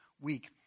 week